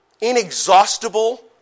inexhaustible